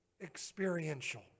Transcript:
experiential